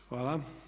Hvala.